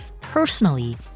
personally